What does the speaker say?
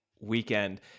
weekend